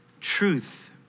truth